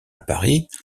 paris